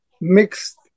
mixed